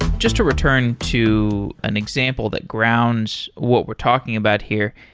just to return to an example that grounds what we're talking about here,